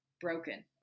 broken